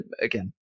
again